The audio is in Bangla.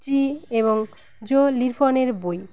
চি এবং জো লিফনের বই